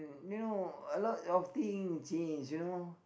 you know a lot of thing change you know